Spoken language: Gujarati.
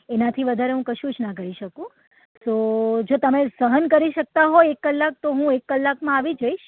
એનાથી વધારે હું કશું જ ના કરી શકું તો જો તમે સહન કરી શકતા હોય એક કલાક તો હું એક કલાકમાં આવી જઈશ